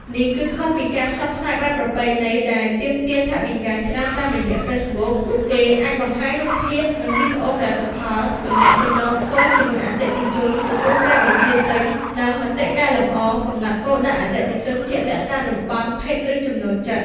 នេះគឺខុសពីការផ្សព្វផ្សាយបែបប្រពៃណីដែលទាមទារថវិកាច្រើន តាមរយៈ Facebook ពួកគេអាច បង្ហាញរូបភាព និងវីដេអូផលិតផល ទំនាក់ទំនងផ្ទាល់ជាមួយអតិថិជន ទទួលការបញ្ជាទិញ និងមតិកែលម្អ កំណត់គោលដៅអតិថិជនជាក់លាក់តាមតំបន់ ភេទ ឬចំណូលចិត្ត។